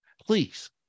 please